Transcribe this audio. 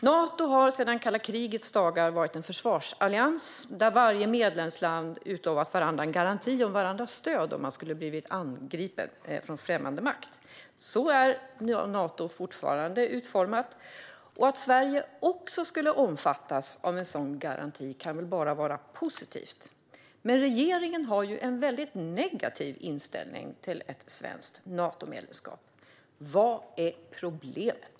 Nato har sedan kalla krigets dagar varit en försvarsallians där varje medlemsland utlovat varandra en garanti om varandras stöd om man skulle bli angripen av främmande makt. Så är Nato fortfarande utformat. Att Sverige också skulle omfattas av en sådan garanti kan väl bara vara positivt. Men regeringen har ju en väldigt negativ inställning till ett svenskt Natomedlemskap. Vad är problemet?